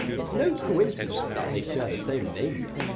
it's no coincidence that they share the same name though.